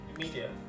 Media